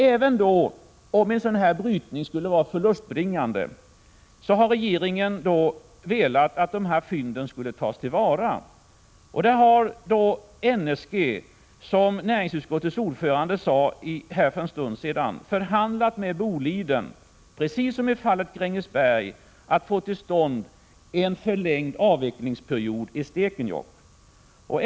Även med en sådan förlustbringande brytning har regeringen velat att dessa fynd skulle tas till vara. NSG har, som näringsutskottets ordförande sade för en stund sedan, förhandlat med Boliden, precis som i fallet Grängesberg, för att få till stånd en förlängd avvecklingsperiod i Stekenjokk.